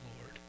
Lord